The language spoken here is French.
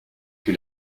que